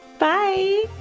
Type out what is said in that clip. Bye